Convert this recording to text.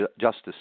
justice